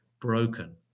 broken